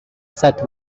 set